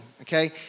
okay